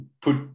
put